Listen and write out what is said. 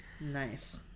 Nice